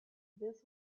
this